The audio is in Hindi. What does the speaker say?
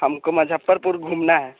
हमको मुज़्ज़फ़्फ़रपुर घूमना है